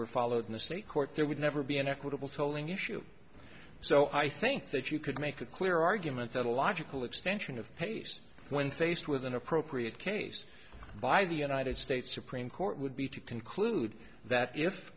were followed in the state court there would never be an equitable tolling issue so i think that you could make a clear argument that a logical extension of pace when faced with an appropriate case by the united states supreme court would be to conclude that if